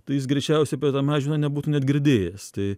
tai jis greičiausiai apie tą mažvydą nebūtų net girdėjęs tai